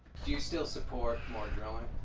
you still support more drilling?